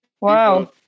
Wow